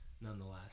nonetheless